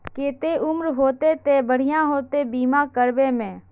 केते उम्र होते ते बढ़िया होते बीमा करबे में?